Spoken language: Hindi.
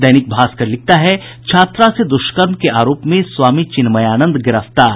दैनिक भास्कर लिखता है छात्रा से दुष्कर्म के आरोप में स्वामी चिन्मयानंद गिरफ्तार